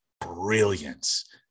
brilliance